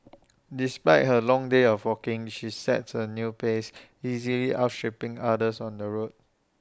despite her long day of walking she sets A quick pace easily outstripping others on the road